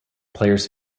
players